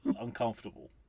uncomfortable